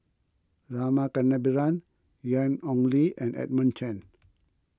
Rama Kannabiran Ian Ong Li and Edmund Chen